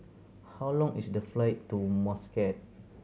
how long is the flight to Muscat